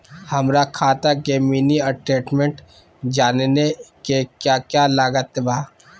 हमरा खाता के मिनी स्टेटमेंट जानने के क्या क्या लागत बा?